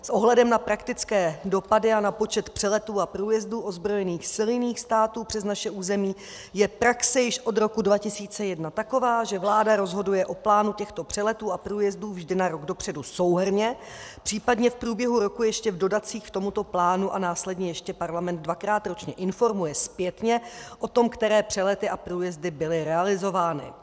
S ohledem na praktické dopady a na počet přeletů a průjezdů ozbrojených sil jiných států přes naše území je praxe již od roku 2001 taková, že vláda rozhoduje o plánu těchto přeletů a průjezdu vždy na rok dopředu souhrnně, v případě v průběhu roku ještě v dodatcích k tomuto plánu a následně ještě Parlament dvakrát ročně informuje zpětně o tom, které přelety a průjezdy byly realizovány.